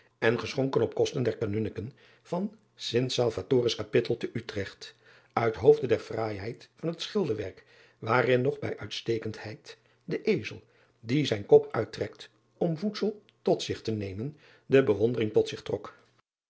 en geschonken op kosten der anonn ken van t alvators apittel te trecht uit hoofde der fraaiheid van het schilderwerk waarin nog bij uitstekendheid de zel die zijn kop uitrekt om voedsel tot zich te nemen de bewondering tot zich trok